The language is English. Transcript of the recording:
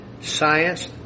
Science